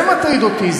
זה מטריד אותי.